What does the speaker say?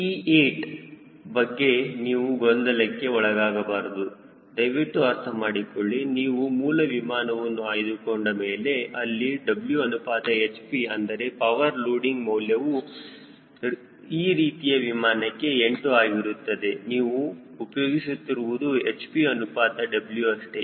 ಈ 8 ಬಗ್ಗೆ ನೀವು ಗೊಂದಲಕ್ಕೆ ಒಳಗಾಗಬಾರದು ದಯವಿಟ್ಟು ಅರ್ಥ ಮಾಡಿಕೊಳ್ಳಿ ನೀವು ಮೂಲ ವಿಮಾನವನ್ನು ಆಯ್ದುಕೊಂಡ ಮೇಲೆ ಅಲ್ಲಿ W ಅನುಪಾತ hp ಅಂದರೆ ಪವರ್ ಲೋಡಿಂಗ್ ಮೌಲ್ಯವು ಪ್ರೀತಿಯ ವಿಮಾನಕ್ಕೆ 8 ಆಗಿರುತ್ತದೆ ನೀವು ಉಪಯೋಗಿಸುತ್ತಿರುವುದು hp ಅನುಪಾತ W ಅಷ್ಟೇ